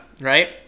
Right